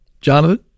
jonathan